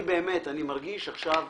אני מרגיש עכשיו